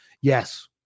Yes